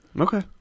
Okay